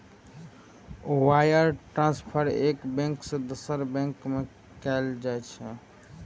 wire transfer एक bank सं दोसर बैंक में कैल जाइ छै